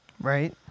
Right